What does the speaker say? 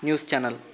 news channel